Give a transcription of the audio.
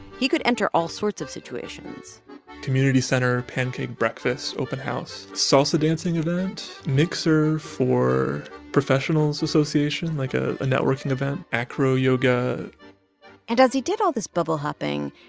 he could enter all sorts of situations community center, pancake breakfast, open house, salsa dancing event, mixer for professionals association like a networking event, acro yoga and as he did all this bubble hopping,